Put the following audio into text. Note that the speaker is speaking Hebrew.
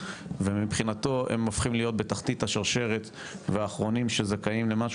ומבחינתו הם הופכים להיות בתחתית השרשרת והאחרונים שזכאים למשהו.